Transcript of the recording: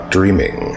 dreaming